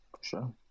Sure